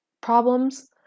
problems